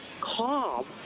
calm